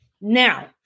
Now